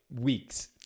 weeks